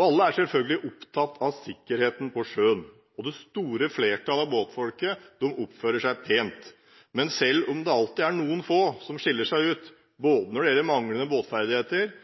Alle er selvfølgelig opptatt av sikkerheten på sjøen. Det store flertallet av båtfolket oppfører seg pent. Men selv om det alltid er noen få som skiller seg ut, både når det gjelder manglende båtferdigheter,